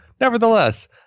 nevertheless